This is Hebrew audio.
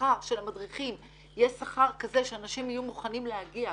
שהשכר של המדריכים יהיה שכר כזה שאנשים יהיו מוכנים להגיע.